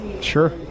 Sure